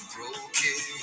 Broken